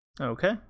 Okay